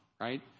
right